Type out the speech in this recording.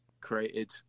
created